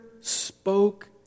spoke